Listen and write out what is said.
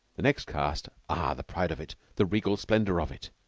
the next cast ah, the pride of it, the regal splendor of it!